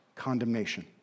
condemnation